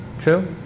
True